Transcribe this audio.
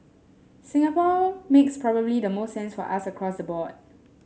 Singapore makes probably the most sense for us across the board